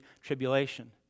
tribulation